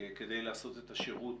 כדי לעשות את השירות